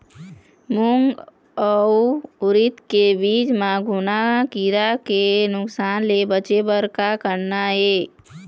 मूंग अउ उरीद के बीज म घुना किरा के नुकसान ले बचे बर का करना ये?